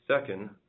Second